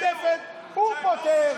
אבל אדוני היושב-ראש,